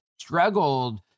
struggled